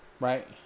Right